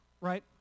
right